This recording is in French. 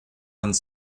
vingt